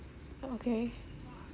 okay